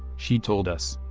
she told us.